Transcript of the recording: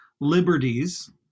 liberties